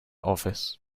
office